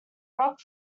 rock